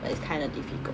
that is kind of difficult